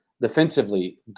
defensively